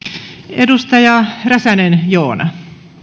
edustaja joona räsänen